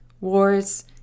wars